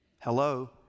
Hello